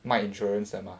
卖 insurance 的 mah